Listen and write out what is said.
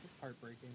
Heartbreaking